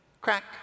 crack